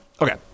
okay